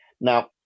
Now